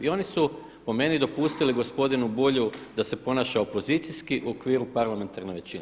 I oni su po meni dopustili gospodinu Bulju da se ponaša opozicijski u okviru parlamentarne većine.